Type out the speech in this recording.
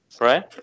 Right